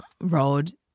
road